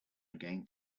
again